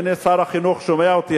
והנה שר החינוך שומע אותי.